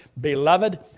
Beloved